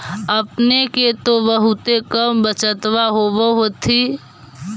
अपने के तो बहुते कम बचतबा होब होथिं?